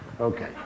Okay